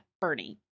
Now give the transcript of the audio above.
Bernie